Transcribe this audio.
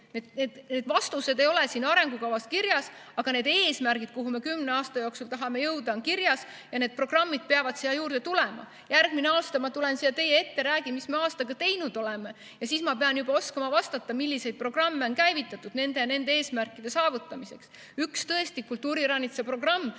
Need vastused ei ole siin arengukavas kirjas, aga need eesmärgid, kuhu me kümne aasta jooksul tahame jõuda, on kirjas ja programmid peavad siia juurde tulema. Järgmisel aastal ma tulen siia teie ette ja räägin, mis me aastaga teinud oleme. Siis ma pean juba oskama vastata, milliseid programme on käivitatud nende ja nende eesmärkide saavutamiseks. Üks on tõesti kultuuriranitsa programm,